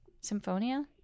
Symphonia